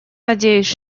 надеюсь